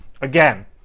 again